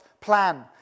plan